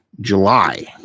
July